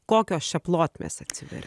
kokios čia plotmės atsiveria